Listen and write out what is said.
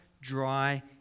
dry